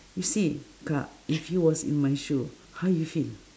you see kak if you was in my shoe how you feel